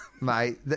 Mate